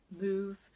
move